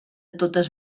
totes